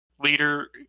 leader